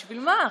בשביל מה?